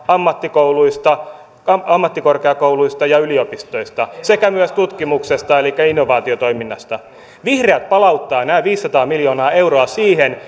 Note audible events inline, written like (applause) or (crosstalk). ammattikouluista ammattikorkeakouluista ja yliopistoista sekä myös tutkimuksesta elikkä innovaatiotoiminnasta vihreät palauttavat nämä viisisataa miljoonaa euroa siihen (unintelligible)